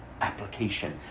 Application